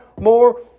more